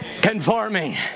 Conforming